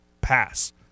pass